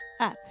Up